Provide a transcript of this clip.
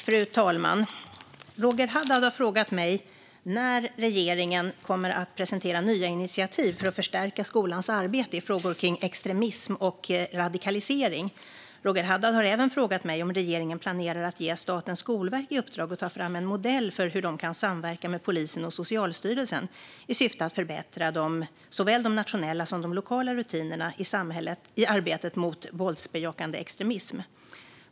Fru talman! Roger Haddad har frågat mig när regeringen kommer att presentera nya initiativ för att förstärka skolans arbete i frågor kring extremism och radikalisering. Roger Haddad har även frågat mig om regeringen planerar att ge Statens skolverk i uppdrag att ta fram en modell för hur det kan samverka med polisen och Socialstyrelsen i syfte att förbättra såväl de nationella som de lokala rutinerna i arbetet mot våldsbejakande extremism.